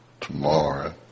tomorrow